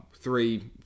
three